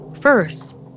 First